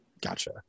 gotcha